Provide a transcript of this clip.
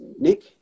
Nick